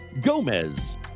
Gomez